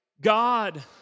God